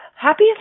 happy